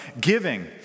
giving